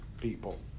people